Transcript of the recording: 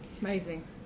Amazing